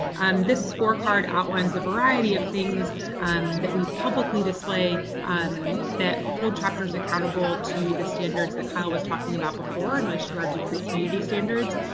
um this scorecard outlines a variety of things that we publicly display um that hold chapters accountable to the standards that kyle was talking about before in relation to our duke greek community standards.